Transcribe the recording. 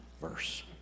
verse